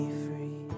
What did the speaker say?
free